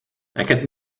aquest